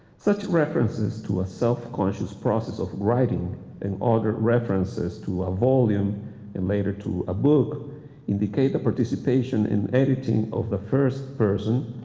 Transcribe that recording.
such references to a self-conscious process of writing and other references to a volume and later to a book indicate the participation in editing of the first person,